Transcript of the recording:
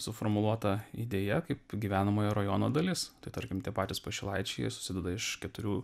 suformuluota idėja kaip gyvenamojo rajono dalis tai tarkim tie patys pašilaičiai susideda iš keturių